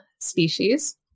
Species